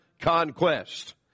conquest